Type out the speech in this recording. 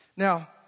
Now